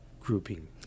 grouping